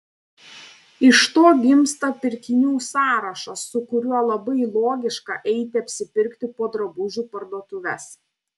iš to gimsta pirkinių sąrašas su kuriuo labai logiška eiti apsipirkti po drabužių parduotuves